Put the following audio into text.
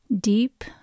deep